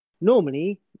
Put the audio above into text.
Normally